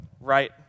right